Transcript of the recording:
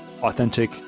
authentic